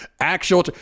Actual